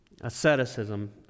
asceticism